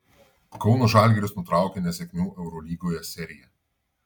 kauno žalgiris nutraukė nesėkmių eurolygoje seriją